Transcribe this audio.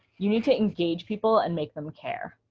you need to engage people and make them care.